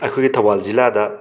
ꯑꯩꯈꯣꯏꯒꯤ ꯊꯧꯕꯥꯜ ꯖꯤꯜꯂꯥꯗ